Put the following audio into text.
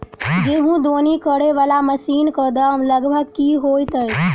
गेंहूँ दौनी करै वला मशीन कऽ दाम लगभग की होइत अछि?